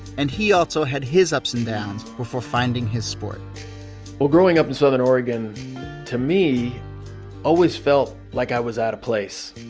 and he also had his ups and down before finding his sport well growing up in southern oregon to me always felt like i was out of place.